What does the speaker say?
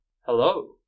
hello